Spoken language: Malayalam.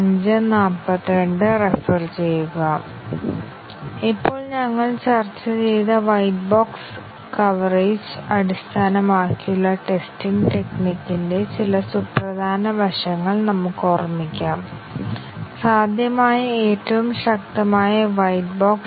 അതിനാൽ a 5 അത് എക്സിക്യൂട്ട് ചെയ്തയുടനെ അടുത്ത സ്റ്റേറ്റ്മെന്റ് എക്സിക്യൂട്ട് ചെയ്യുന്നത് ഒരു സീക്വൻസ് തരം സ്റ്റേറ്റ്മെന്റാണ് ഇത് ഏറ്റവും എളുപ്പമാണ്